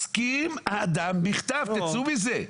תצאו מזה.